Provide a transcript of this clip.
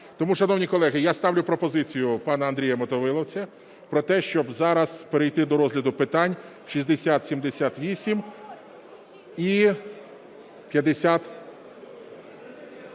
Тому, шановні колеги, я ставлю пропозицію пана Андрія Мотовиловця про те, щоб зараз перейти до розгляду питань 6078 і 50...